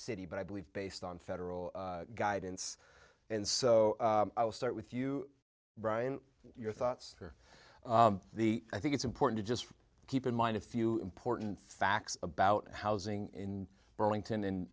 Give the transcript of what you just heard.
city but i believe based on federal guidance and so i'll start with you brian your thoughts are the i think it's important to just keep in mind a few important facts about housing in burlington and